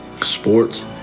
sports